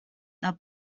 the